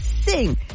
sing